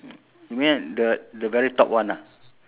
ten already correct